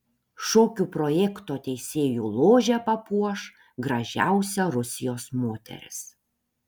šokių projekto teisėjų ložę papuoš gražiausia rusijos moteris